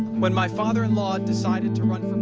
when my father-in-law decided to run